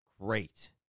Great